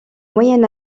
moyen